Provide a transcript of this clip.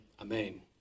Amen